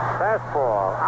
fastball